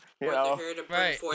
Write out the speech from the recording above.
right